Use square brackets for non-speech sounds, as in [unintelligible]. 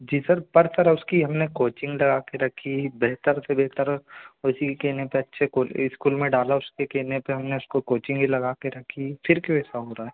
जी sir पर कर उसकी हम ने कोचिंग लगा के रखी बेहतर से बेहतर [unintelligible] स्कूल में डाला उसके कहने पर कोचीन भी लगा के रखी फिर क्यों ऐसा हो रहा